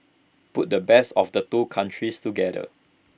put the best of the two countries together